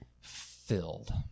filled